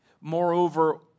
Moreover